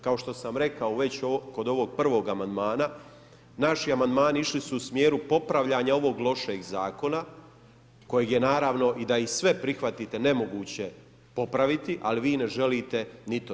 Kao što sam rekao već kod ovog prvog amandmana, naši amandmani išli su u smjeru popravljanja ovog lošeg Zakona, kojeg je naravno i da ih sve prihvatite nemoguće popraviti, ali vi ne želite ni to.